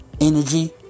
energy